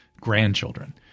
Grandchildren